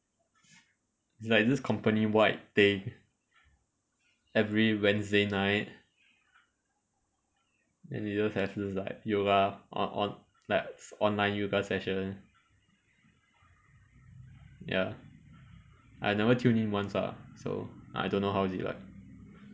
it's like this company wide thing every wednesday night then they just have this like yoga on~ on~ like online yoga session ya I never tune in once ah so I don't know how is it like